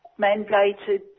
mandated